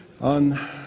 on